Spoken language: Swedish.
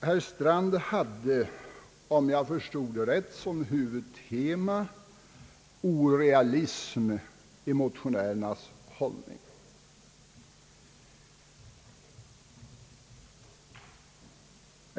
Herr Strand hade, om jag förstod honom rätt, som huvudtema att beteckna motionärernas hållning som orealism.